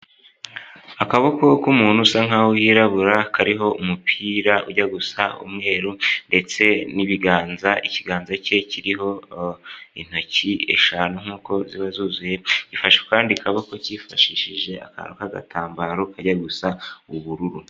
Akaboko k'umuntu usa nk'aho yirabura, kariho umupira ujya gusa umweru ndetse n'ibiganza, ikiganza cye kiriho intoki eshanu nk'uko ziba zuzuye, gifashe ku kandi kaboko cyifashishije akantu k'agatambaro kajya gusa ubururu.